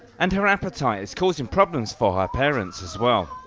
and her appetite is causing problems for her parents as well.